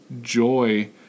joy